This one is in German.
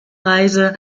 reise